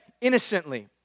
innocently